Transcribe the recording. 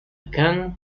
khan